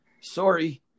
sorry